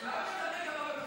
בשם הלאום ובשם